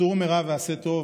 סור מרע ועשה טוב